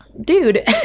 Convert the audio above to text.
dude